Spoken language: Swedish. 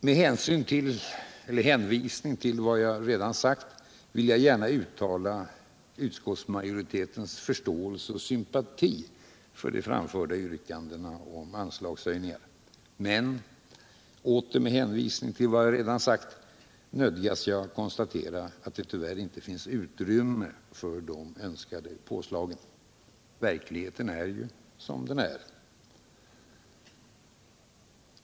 Med hänvisning till vad jag redan sagt vill jag gärna uttala utskottsmajoritetens förståelse och sympati för de framförda yrkandena om anslagshöjningar. Men jag nödgas konstatera — åter med hänvisning till vad jag redan sagt — att det tyvärrinte finns utrymme för de önskade påslagen. Verkligheten är som den är.